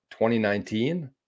2019